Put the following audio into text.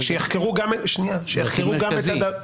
שיחקרו גם --- זה הכי מרכזי.